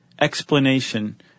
explanation